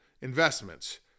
investments